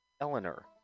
Eleanor